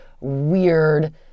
weird